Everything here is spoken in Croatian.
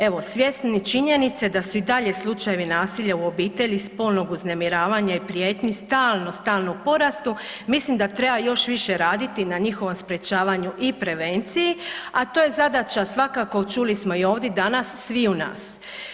Evo svjesni činjenice da su i dalje slučajevi nasilja u obitelji, spolnog uznemiravanja i prijetnji stalno, stalno u porastu mislim da treba još više raditi na njihovom sprečavanju i prevenciji, a to je zadaća svakako, čuli smo i ovdje danas sviju nas.